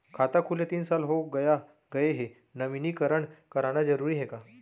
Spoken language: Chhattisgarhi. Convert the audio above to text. खाता खुले तीन साल हो गया गये हे नवीनीकरण कराना जरूरी हे का?